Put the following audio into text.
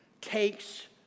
takes